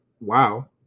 wow